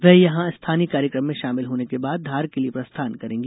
वे यहां स्थानीय कार्यक्रम में शामिल होने के बाद धार के लिए प्रस्थान करेंगी